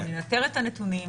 אנחנו ננטר את הנתונים,